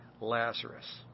Lazarus